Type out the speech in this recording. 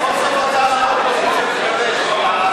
ההצעה להעביר את הצעת חוק התפזרות הכנסת התשע-עשרה,